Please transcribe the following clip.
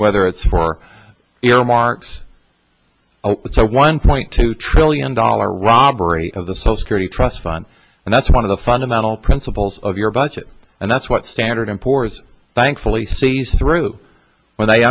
whether it's for earmarks so one point two trillion dollar robbery of the whole security trust fund and that's one of the fundamental principles of your budget and that's what standard and poor's thankfully sees through when they